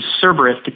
Cerberus